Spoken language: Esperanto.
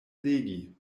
legi